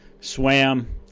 swam